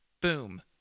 boom